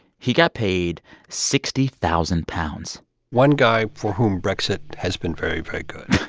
he got paid sixty thousand pounds one guy for whom brexit has been very, very good